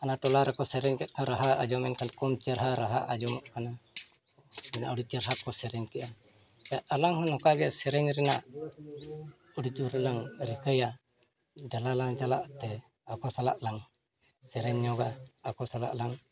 ᱚᱱᱟ ᱴᱚᱞᱟ ᱨᱮᱠᱚ ᱥᱮᱨᱮᱧ ᱠᱮᱜ ᱠᱷᱟᱱ ᱨᱟᱦᱟ ᱟᱸᱡᱚᱢᱮᱱ ᱠᱷᱟᱱ ᱠᱚᱢ ᱪᱮᱦᱨᱟ ᱨᱟᱦᱟ ᱟᱸᱡᱚᱢᱚᱜ ᱠᱟᱱᱟ ᱢᱟᱱᱮ ᱟᱹᱰᱤ ᱪᱮᱦᱨᱟ ᱠᱚ ᱥᱮᱨᱮᱧ ᱠᱮᱜᱼᱟ ᱟᱞᱟᱝ ᱦᱚᱸ ᱱᱚᱝᱠᱟ ᱜᱮ ᱥᱮᱨᱮᱧ ᱨᱮᱱᱟᱜ ᱟᱹᱰᱤ ᱡᱳᱨ ᱞᱟᱝ ᱨᱤᱠᱟᱹᱭᱟ ᱡᱟᱭᱜᱟ ᱞᱟᱝ ᱪᱟᱞᱟᱜ ᱛᱮ ᱟᱠᱚ ᱥᱟᱞᱟᱜ ᱞᱟᱝ ᱥᱮᱨᱮᱧ ᱧᱚᱜᱟ ᱟᱠᱚ ᱥᱟᱞᱟᱜ ᱞᱟᱝ